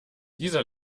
dieser